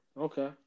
Okay